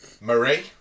Marie